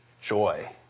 joy